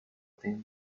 tenda